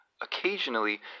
Occasionally